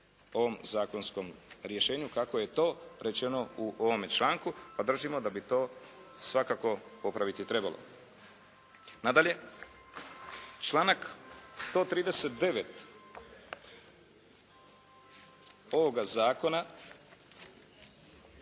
ovom zakonskom rješenju kako je to rečeno u ovome članku, pa držimo da bi to svakako popraviti trebalo. Nadalje, članak 139. ovoga zakona,